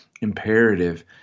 imperative